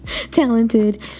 talented